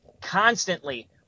constantly